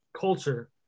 culture